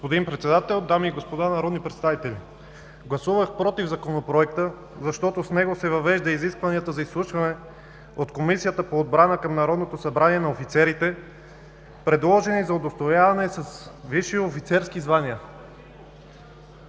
Господин Председател, дами и господа народни представители! Гласувах против Законопроекта, защото с него се въвеждат изискванията за изслушване от Комисията по отбрана към Народното събрание на офицерите, предложени за удостояване с висши офицерски звания,